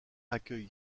accueille